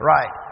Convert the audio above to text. Right